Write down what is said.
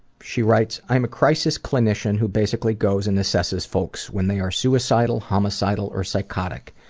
she writes, i am a crisis clinician who basically goes and assesses folks when they are suicidal, homicidal, or psychotic.